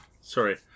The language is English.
sorry